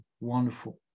wonderful